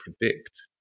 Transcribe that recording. predict